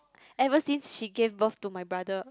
ever since she gave birth to my brother